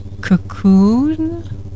Cocoon